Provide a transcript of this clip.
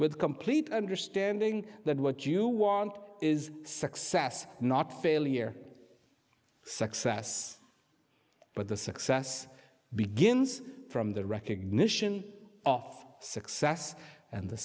with complete understanding that what you want is success not failure success but the success begins from the recognition off success and the